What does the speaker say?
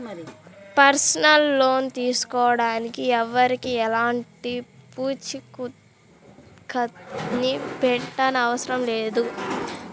personal loan తీసుకోడానికి ఎవరికీ ఎలాంటి పూచీకత్తుని పెట్టనవసరం లేదు